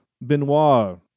Benoit